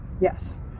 Yes